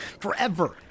forever